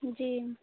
जी